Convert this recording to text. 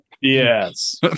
Yes